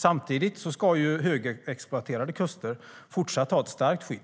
Samtidigt ska högexploaterade kuster även fortsättningsvis ha ett starkt skydd.